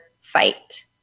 fight